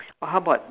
but how about